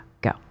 Go